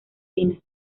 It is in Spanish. finas